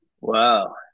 Wow